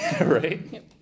right